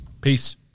Peace